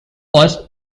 was